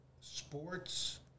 sports